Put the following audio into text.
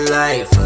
life